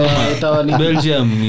Belgium